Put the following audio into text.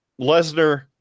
Lesnar